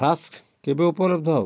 flask କେବେ ଉପଲବ୍ଧ ହେବ